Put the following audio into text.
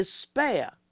despair